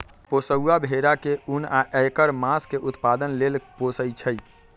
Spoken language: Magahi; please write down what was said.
पोशौआ भेड़ा के उन आ ऐकर मास के उत्पादन लेल पोशइ छइ